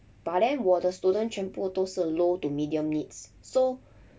but then 我的 students 全部都是 low to medium needs so